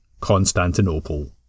Constantinople